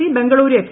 C Bengaluru F